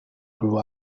grew